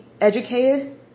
educated